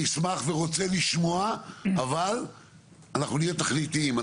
אני אשמח ורוצה לשמוע אבל אנחנו נהיה תכליתיים.